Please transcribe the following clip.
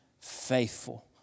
faithful